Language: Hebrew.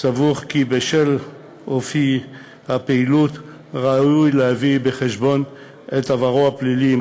סבור כי בשל אופי הפעילות ראוי להביא בחשבון את עברו הפלילי,